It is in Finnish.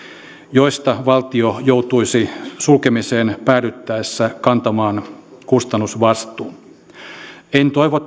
joista valtio joutuisi sulkemiseen päädyttäessä kantamaan kustannusvastuun en toivo